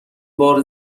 بار